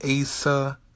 Asa